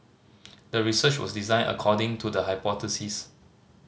the research was designed according to the hypothesis